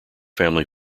family